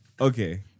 Okay